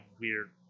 weird